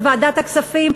בוועדת הכספים,